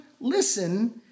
listen